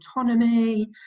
autonomy